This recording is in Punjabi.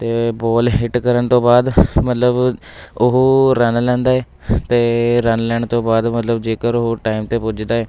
ਅਤੇ ਬੋਲ ਹਿੱਟ ਕਰਨ ਤੋਂ ਬਾਅਦ ਮਤਲਬ ਉਹ ਰਨ ਲੈਂਦਾ ਏ ਅਤੇ ਰਨ ਲੈਣ ਤੋਂ ਬਾਅਦ ਮਤਲਬ ਜੇਕਰ ਉਹ ਟਾਈਮ 'ਤੇ ਪੁੱਜਦਾ ਏ